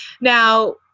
Now